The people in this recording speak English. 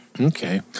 Okay